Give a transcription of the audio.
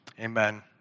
amen